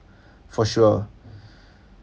for sure